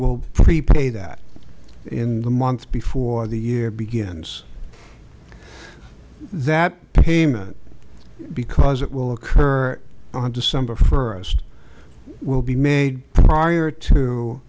will prepay that in the month before the year begins that payment because it will occur on december first will be made prior to